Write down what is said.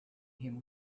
him